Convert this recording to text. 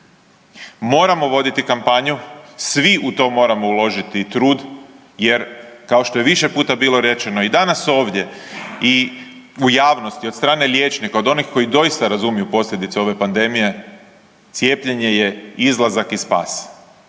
Moramo voditi kampanju, svi u to moramo uložiti trud jer kao što je više puta bilo rečeno i danas ovdje i u javnosti od strane liječnika, od onih koji doista razumiju posljedice ove pandemije, cijepljenje je izlazak i spas,